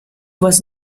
was